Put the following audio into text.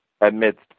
amidst